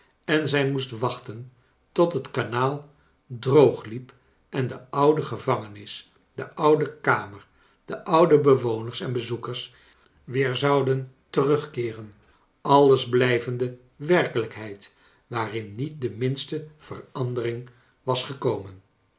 en zij moest wachten tot het kanaal droogliep en de oude gevangenis dc oude kamer de oude bewoners en bezoekers weer zouden terugkeeren alles blijvende werkelijkheid waarin niet de minste verandering was gekomen